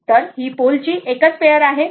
तर ही पोल ची एक पेयर आहे